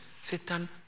Satan